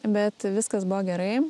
bet viskas buvo gerai